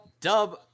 Dub